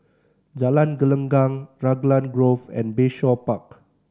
Jalan Gelenggang Raglan Grove and Bayshore Park